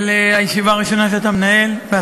הראשונה שאתה מנהל ישיבה.